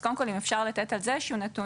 אז קודם כל אם אפשר לתת על זה איזה שהוא נתון,